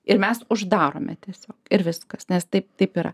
ir mes uždarome tiesiog ir viskas nes taip taip yra